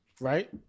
right